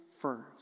first